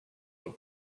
that